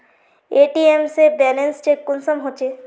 ATM से balance check कुंसम होचे?